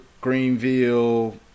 Greenville